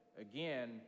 again